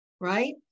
right